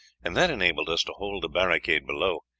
and that enabled us to hold the barricade below,